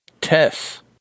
Tess